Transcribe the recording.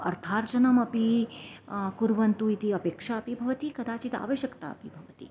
अर्थार्जनमपि कुर्वन्तु इति अपेक्षा अपि भवति कदाचित् आवश्यकता अपि भवति